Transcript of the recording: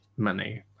Money